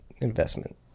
investment